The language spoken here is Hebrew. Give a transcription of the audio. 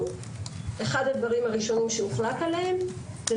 ואחד הדברים הראשונים שהוחלט עליהם בעקבות הדיון שהיה הוא